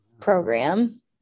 program